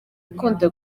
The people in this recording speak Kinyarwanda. ukunda